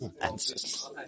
Answers